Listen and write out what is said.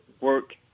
work